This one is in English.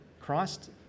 Christ